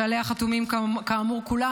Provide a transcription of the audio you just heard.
שעליה חתומים כאמור כולם.